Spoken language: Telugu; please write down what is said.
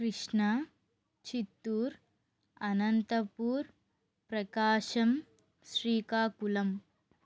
కృష్ణ చిత్తూర్ అనంతపూర్ ప్రకాశం శ్రీకాకుళం